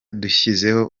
dushyizeho